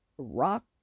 rock